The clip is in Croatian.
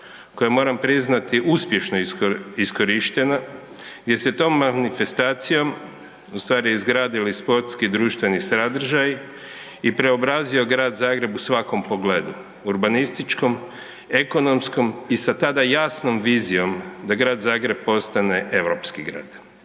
koja je moram priznati uspješno iskorištena, gdje se tom manifestacijom u stvari izgradili sportski i društveni sadržaji i preobrazio Grad Zagreb u svakom pogledu, urbanističkom, ekonomskom i sa tada jasnom vizijom da Grad Zagreb postane europski grad.